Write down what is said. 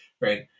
right